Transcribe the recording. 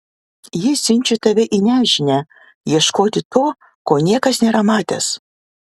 ji siunčia tave į nežinią ieškoti to ko niekas nėra matęs